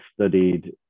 studied